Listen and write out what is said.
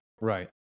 Right